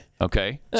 Okay